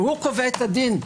והוא קובע את הדין.